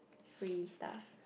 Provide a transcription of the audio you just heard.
free stuff